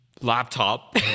laptop